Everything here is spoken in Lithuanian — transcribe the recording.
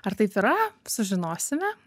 ar taip yra sužinosime